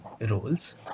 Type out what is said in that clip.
roles